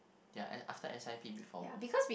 ya and after S_I_P before work